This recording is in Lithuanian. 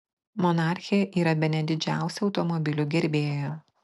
monarchė yra bene didžiausia automobilių gerbėja